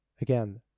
again